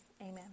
Amen